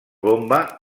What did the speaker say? bomba